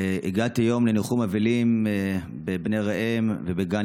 הגעתי היום לניחום אבלים בבני ראם ובגן